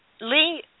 Lee